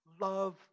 love